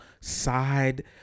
side